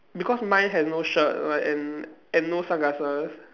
because mine has no shirt right and and no sunglasses